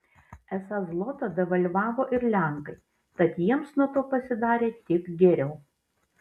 esą zlotą devalvavo ir lenkai tad jiems nuo to pasidarė tik geriau